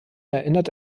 erinnert